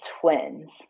twins